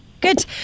Good